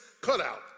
cutout